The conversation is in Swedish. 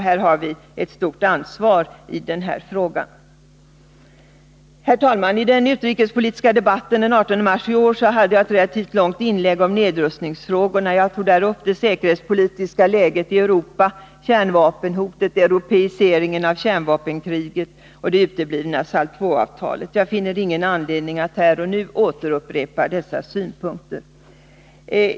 Här har vi ett stort ansvar. Herr talman! I den utrikespolitiska debatten den 18 mars i år gjorde jag ett relativt långt inlägg om nedrustningsfrågorna. Jag tog där upp det säkerhetspolitiska läget i Europa, kärnvapenhotet, europeiseringen av kärnvapenkriget och det uteblivna SALT II-avtalet. Jag finner ingen anledning att här och nu upprepa dessa synpunkter.